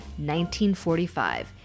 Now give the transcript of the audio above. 1945